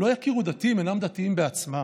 לא יכירו דתי אם אינם דתיים בעצמם.